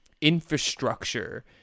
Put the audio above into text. infrastructure